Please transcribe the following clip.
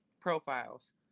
profiles